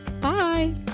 bye